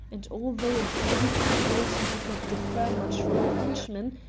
and although in physique and weight he did not differ much from the frenchman,